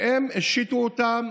והם השיתו אותם